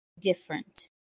different